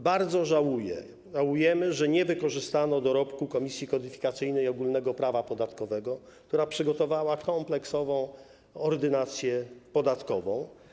Bardzo żałuję, żałujemy, że nie wykorzystano dorobku Komisji Kodyfikacyjnej Ogólnego Prawa Podatkowego, która przygotowała kompleksową Ordynację podatkową.